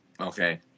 Okay